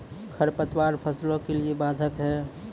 खडपतवार फसलों के लिए बाधक हैं?